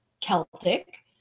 Celtic